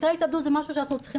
מקרי התאבדות זה משהו שאנחנו צריכים